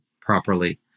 properly